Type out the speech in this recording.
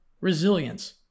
resilience